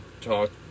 talk